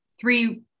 Three